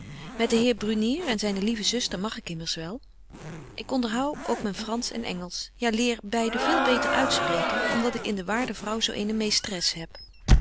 met den heer brunier en zyne lieve zuster mag ik immers wel ik onderhou ook myn fransch en engelsch ja leer beide veel beter uitspreken om dat ik in de waarde vrouw zo eene meestres heb